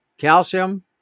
calcium